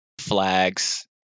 flags